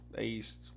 East